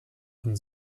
von